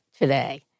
today